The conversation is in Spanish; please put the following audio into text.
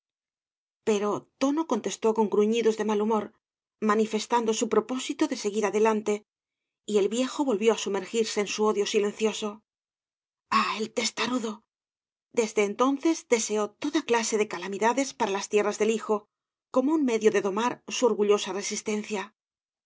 pero tono contestó con gruñidos de mal humor manifestando su propósito de seguir adelante y el viejo volvió á sumergirse en su odio silencioso áh el testarudo ddsde entonces deseó toda clase de calamidades para las tierras del hijo como un medio de domar su orgullosa resistencia